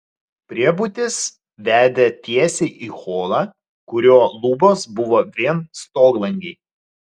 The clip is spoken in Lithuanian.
priebutis vedė tiesiai į holą kurio lubos buvo vien stoglangiai